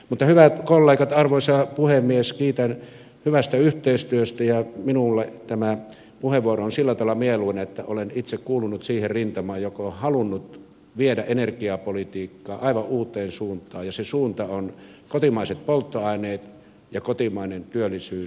mutta hyvät kollegat arvoisa puhemies kiitän hyvästä yhteistyöstä ja minulle tämä puheenvuoro on sillä tavalla mieluinen että olen itse kuulunut siihen rintamaan joka on halunnut viedä energiapolitiikkaa aivan uuteen suuntaan ja se suunta on kotimaiset polttoaineet ja kotimainen työllisyys